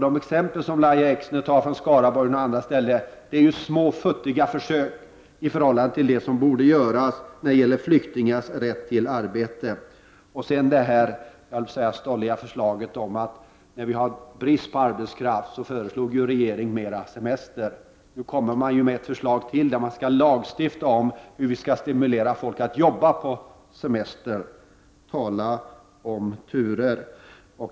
De exempel som Lahja Exner hämtar från Skaraborg bl.a. handlar om små, futtiga försök i förhållande till vad som borde göras åt flyktingars rätt till arbete. Så till det som jag skulle vilja kalla stolliga förslaget från regeringen om att vi, när vi har brist på arbetskraft, skall ha ökad semester. Nu kommer ett förslag om hur vi med lagstiftning skall stimulera människor att arbeta på semestern. Tala om turer!